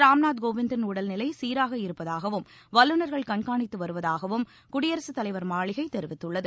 ராம்நாத் கோவிந்தின் உடல் நிலை சீராக இருப்பதாகவும் வல்லுனர்கள் கண்காணித்து திரு வருவதாகவும் குடியரசுத் தலைவர் மாளிகை தெரிவித்துள்ளது